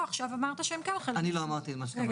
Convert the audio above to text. אני אומר הכול, אם אתה תאפשר לי.